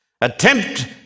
Attempt